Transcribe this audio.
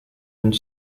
une